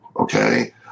Okay